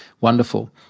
wonderful